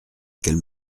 qu’elle